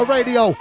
Radio